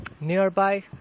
nearby